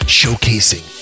showcasing